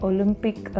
Olympic